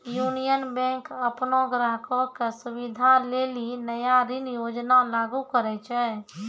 union Bank अपनो ग्राहको के सुविधा लेली नया ऋण योजना लागू करने छै